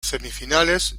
semifinales